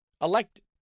elected